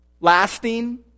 lasting